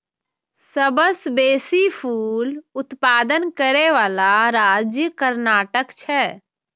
सबसं बेसी फूल उत्पादन करै बला राज्य कर्नाटक छै